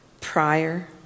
Prior